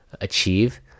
achieve